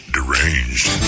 Deranged